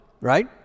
right